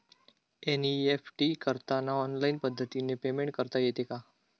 NEFT करताना online पद्धतीने payment करता येते का?